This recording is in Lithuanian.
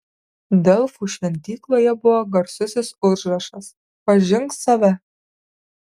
delfų šventykloje buvo garsusis užrašas pažink save